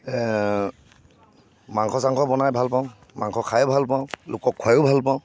মাংস চাংস বনাই ভালপাওঁ মাংস খাইও ভাল পাওঁ লোকক খোৱাইও ভালপাওঁ